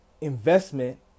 investment